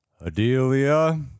Adelia